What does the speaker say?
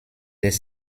des